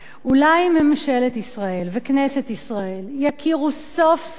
אולי ממשלת ישראל וכנסת ישראל יכירו סוף-סוף,